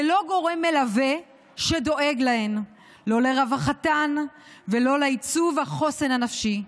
ללא גורם מלווה שדואג להן לא לרווחתן ולא לייצוב החוסן הנפשי.